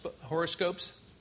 horoscopes